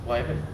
what happened